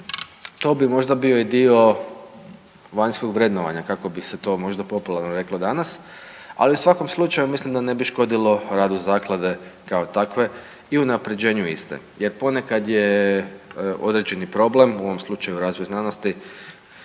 To bi možda bio i dio vanjskog vrednovanja kako bi se to možda popularno reklo danas, ali u svakom slučaju mislim da ne bi škodilo radu zaklade kao takve i unaprjeđenju iste jer ponekad je određeni problem, u ovom slučaju razvoj znanosti